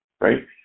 right